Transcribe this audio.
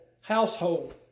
household